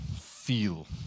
feel